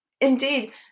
indeed